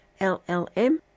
LLM